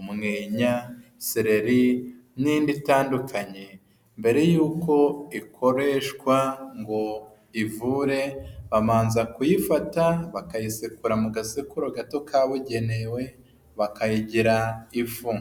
umwenya, seleri, n'indi itandukanye mbere y'uko ikoreshwa ngo ivure, babanza kuyifata bakayisekura mu gasekuru gato kabugenewe bakayigira ifu.